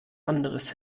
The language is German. anderes